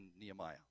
Nehemiah